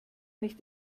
nicht